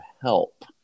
help